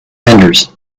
vendors